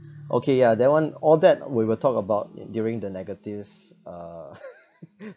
okay ya that one all that we will talk about it during the negative uh